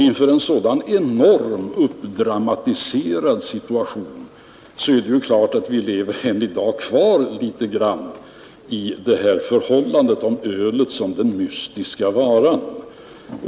Efter en sådan enormt uppdramatiserad situation är det klart att vi än i dag litet grand lever kvar i ett läge, där ölet framstår som den mystiska varan.